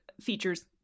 features